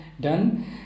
done